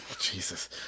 Jesus